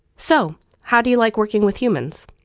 so how do you like working with humans